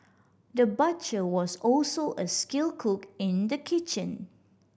the butcher was also a skilled cook in the kitchen